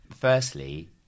Firstly